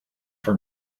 for